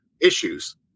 issues